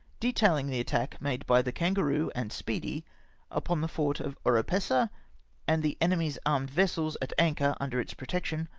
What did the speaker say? detaihng the attack made by the kangaroo and speedy upon the fort of oropesa and the enemy's armed vessels at anchor under its protection,